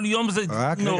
כל יום זה נורא.